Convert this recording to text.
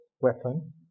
weapon